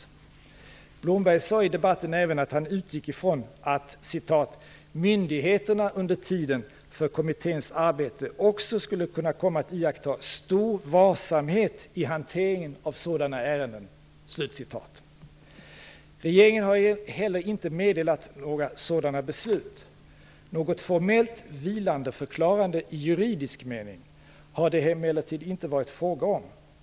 Leif Blomberg sade i debatten även att han utgick ifrån att "myndigheterna under tiden för kommitténs arbete också kommer att iaktta stor varsamhet i hanteringen av sådana ärenden". Regeringen har heller inte meddelat några sådana beslut. Något formellt vilandeförklarande i juridisk mening har det emellertid inte varit fråga om.